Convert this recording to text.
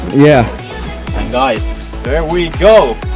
yeah guys there we go!